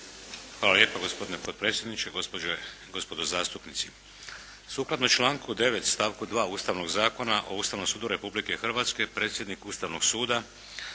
Hvala lijepa gospodine potpredsjedniče, gospođe i gospodo zastupnici. Sukladno članku 9. stavku 2. Ustavnog zakona o Ustavnom sudu Republike Hrvatske, predsjednik Ustavnog suda